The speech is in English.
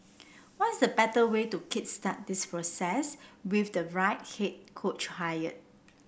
what is the better way to kick start this process with the right head coach hire